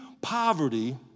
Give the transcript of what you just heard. poverty